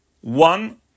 one